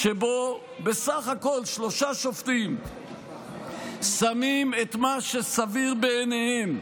שבו בסך הכול שלושה שופטים שמים את מה שסביר בעיניהם,